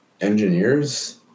Engineers